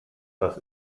das